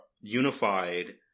unified